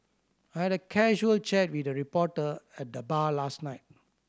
I had a casual chat with a reporter at the bar last night